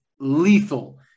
lethal